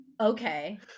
Okay